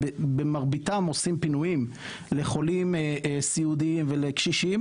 שבמרביתם עושים פינויים לחולים סיעודיים ולקשישים